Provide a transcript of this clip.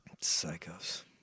Psychos